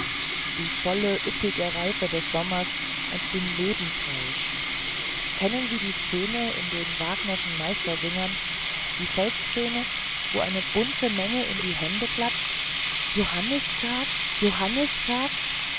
die volle üppige reife des sommers und den lebensrausch kennen sie die szene in den wagnerschen meistersingern die volksszene wo eine bunte menge in die hände klatscht johannistag johannistag